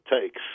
takes